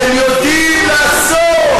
אבל הם יודעים לעשות.